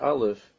Aleph